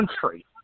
country